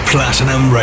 Platinum